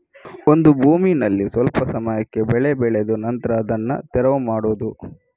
ಒಂದು ಭೂಮಿನಲ್ಲಿ ಸ್ವಲ್ಪ ಸಮಯಕ್ಕೆ ಬೆಳೆ ಬೆಳೆದು ನಂತ್ರ ಅದನ್ನ ತೆರವು ಮಾಡುದು